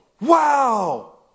wow